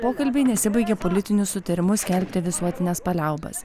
pokalbiai nesibaigė politiniu sutarimu skelbti visuotines paliaubas